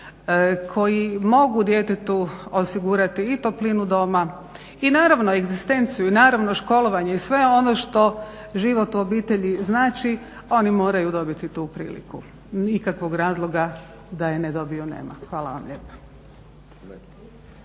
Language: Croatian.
koji mogu djetetu osigurati i toplinu doma i naravno egzistenciju i naravno školovanje i sve ono što život u obitelji znači, oni moraju dobiti tu priliku, nikakvog razloga da je ne dobiju nema. Hvala vam lijepa.